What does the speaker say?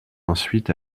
ensuite